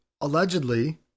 allegedly